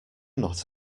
not